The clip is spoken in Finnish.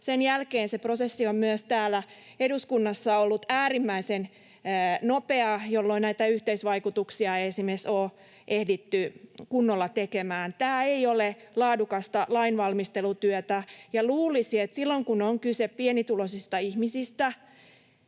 Sen jälkeen se prosessi on myös täällä eduskunnassa ollut äärimmäisen nopea, jolloin esimerkiksi näitä yhteisvaikutuksia ei ole ehditty kunnolla tekemään. Tämä ei ole laadukasta lainvalmistelutyötä, ja luulisi, että silloin kun on kyse pienituloisista ihmisistä,